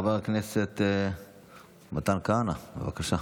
חבר הכנסת מתן כהנא, בבקשה.